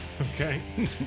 Okay